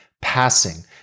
passing